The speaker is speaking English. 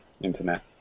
internet